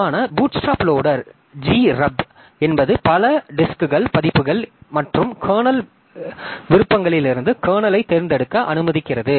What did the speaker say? பொதுவான bootstrap loader GRUB என்பது பல டிஸ்க்கள் பதிப்புகள் மற்றும் கர்னல் விருப்பங்களிலிருந்து கர்னலைத் தேர்ந்தெடுக்க அனுமதிக்கிறது